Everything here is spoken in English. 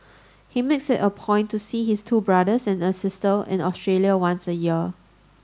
he makes it a point to see his two brothers and a sister in Australia once a year